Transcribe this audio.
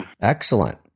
Excellent